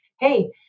hey